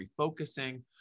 refocusing